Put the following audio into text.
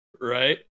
Right